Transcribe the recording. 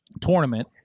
tournament